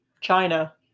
China